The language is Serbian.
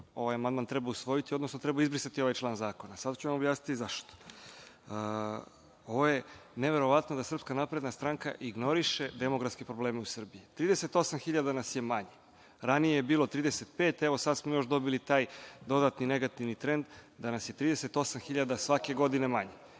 ovaj amandman treba usvojiti, odnosno treba izbrisati ovaj član zakona. Sada ću vam objasniti zašto. Ovo je neverovatno da SNS ignoriše demografske probleme u Srbiji. Trideset osam hiljada nas je manje, ranije je bilo 35, evo sad smo još dobili taj dodatni negativni trend da nas je 38.000 svake godine manje.